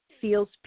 feels